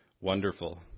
Wonderful